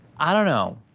i don't know,